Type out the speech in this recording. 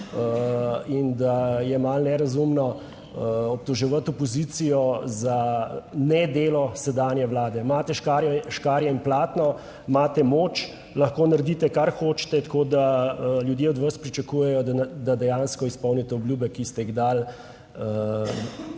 in da je malo nerazumno obtoževati opozicijo za nedelo sedanje vlade. Imate škarje in platno, imate moč, lahko naredite kar hočete. Tako da ljudje od vas pričakujejo, da dejansko izpolnite obljube, ki ste jih dali